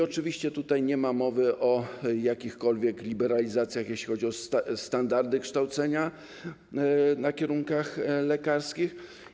Oczywiście nie ma mowy o jakichkolwiek liberalizacjach, jeśli chodzi o standardy kształcenia na kierunkach lekarskich.